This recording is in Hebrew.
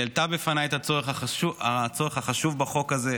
שהעלתה בפניי את הצורך החשוב בחוק הזה,